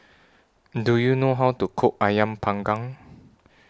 Do YOU know How to Cook Ayam Panggang